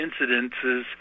incidences